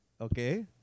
Okay